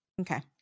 okay